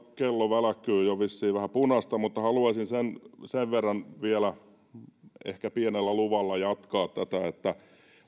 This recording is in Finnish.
kello välkkyy jo vissiin vähän punaista mutta haluaisin sen sen verran vielä ehkä pienellä luvalla jatkaa tätä että